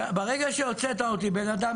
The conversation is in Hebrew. ברגע שהוצאת אותי, בן אדם